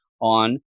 on